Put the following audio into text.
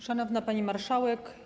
Szanowna Pani Marszałek!